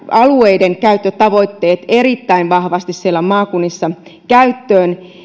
alueiden käyttötavoitteet otetaan erittäin vahvasti maakunnissa käyttöön